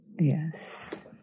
Yes